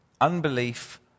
unbelief